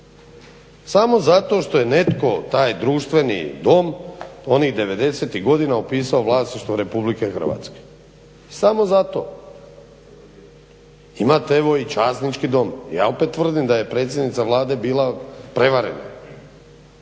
samo zato što je netko taj društveni dom onih 90-tih godina upisao u vlasništvo Republike Hrvatske, samo zato. Imate evo i časnički dom, ja opet tvrdim da je predsjednica Vlade bila prevarena,